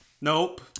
Nope